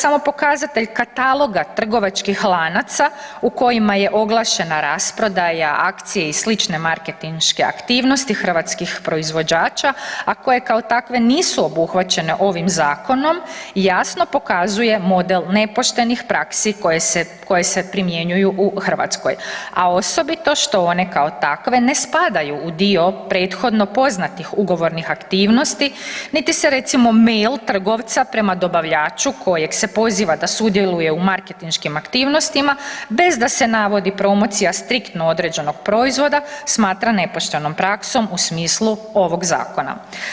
Samo pokazatelj kataloga trgovačkih lanaca u kojima je oglašena rasprodaja, akcije i slične marketinške aktivnosti hrvatskih proizvođača, a koje kao takve nisu obuhvaćene ovim zakonom, jasno pokazuje model nepoštenih praksi koje se, koje se primjenjuju u Hrvatskoj, a osobito što one kao takve ne spadaju u dio prethodno poznatih ugovornih aktivnosti, niti se recimo mail trgovca prema dobavljaču kojeg se poziva da sudjeluje u marketinškim aktivnostima bez da se navodi promocija striktno određenog proizvoda smatra nepoštenom praksom u smislu ovog zakona.